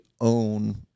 own